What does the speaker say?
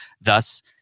Thus